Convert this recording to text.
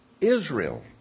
Israel